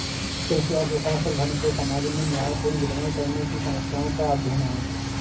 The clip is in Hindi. कृषि अर्थशास्त्र, धन को समाज में न्यायपूर्ण वितरण करने की समस्याओं का अध्ययन है